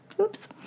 oops